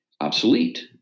obsolete